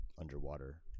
underwater